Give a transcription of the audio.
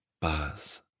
Buzz